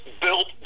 built